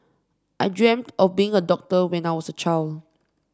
I dreamt of becoming a doctor when I was a child